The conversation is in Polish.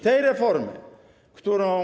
Tej reformy, którą.